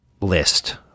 list